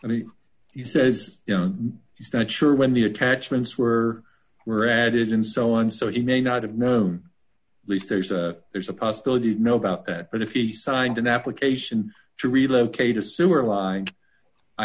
i mean he says you know he's not sure when the attachments were were added and so on so he may not have known least there's a there's a possibility of know about that but if he signed an application to relocate a sewer line i